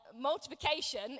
multiplication